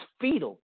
fetal